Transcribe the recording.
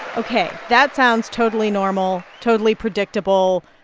ok. that sounds totally normal, totally predictable,